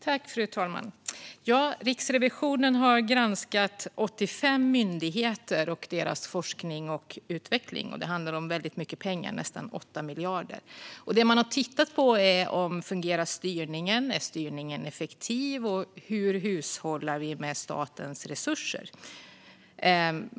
Fru talman! Ja, Riksrevisionen har granskat 85 myndigheter och deras forskning och utveckling. Det handlar om väldigt mycket pengar, nästan 8 miljarder. Det man har tittat på är om styrningen fungerar och är effektiv och hur vi hushållar med statens resurser.